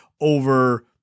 over